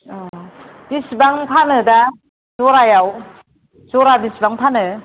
बेसेबां फानो दा ज'रायाव ज'रा बेसेबां फानो